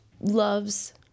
loves